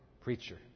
preacher